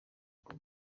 ubwo